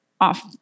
off